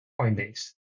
Coinbase